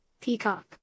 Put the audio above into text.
Peacock